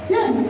Yes